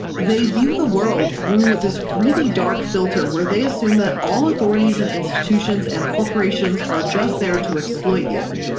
they view the world through this really dark filter where they assume that all authorities and institutions and corporations are just there to exploit you.